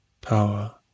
power